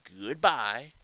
goodbye